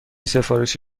سفارش